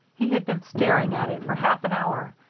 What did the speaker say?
he had been staring at it for half an hour.